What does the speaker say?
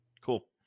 Cool